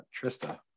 Trista